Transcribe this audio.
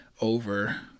over